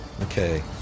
Okay